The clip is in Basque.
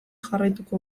jarraituko